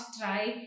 try